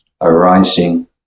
arising